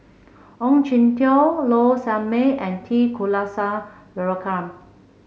Ong Jin Teong Low Sanmay and T Kulasekaram